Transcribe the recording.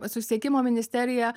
susisiekimo ministerija